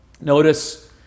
notice